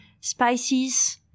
spices